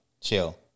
chill